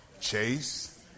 Chase